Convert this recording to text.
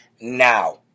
now